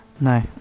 No